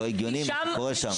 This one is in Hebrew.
לא הגיוני מה שקורה שם.